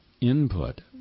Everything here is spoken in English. input